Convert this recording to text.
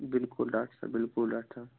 बिल्कुल डाक्टर बिल्कुल डाक्टर